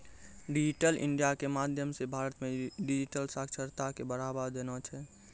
digital India के माध्यम से भारत मे डिजिटल साक्षरता के बढ़ावा देना छै